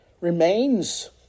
remains